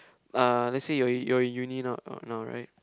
uh lets say you're in you're in uni now now now right